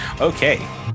Okay